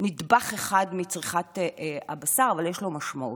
זה רק נדבך אחד מצריכת הבשר, אבל יש לו משמעות.